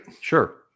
Sure